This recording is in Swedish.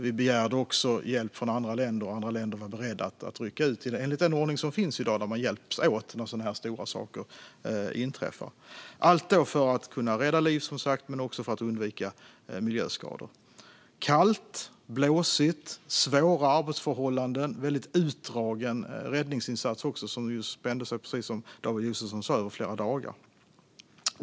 Vi begärde också hjälp från andra länder, och andra länder var beredda att rycka ut enligt den ordning som finns i dag där man hjälps åt när sådana här stora saker inträffar. Allt detta gjordes som sagt för att rädda liv men också för att undvika miljöskador. Det var kallt, blåsigt och svåra arbetsförhållanden. Det var en väldigt utdragen räddningsinsats, som precis som David Josefsson sa spände över flera dagar.